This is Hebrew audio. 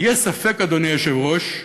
יש ספק, אדוני היושב-ראש,